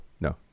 no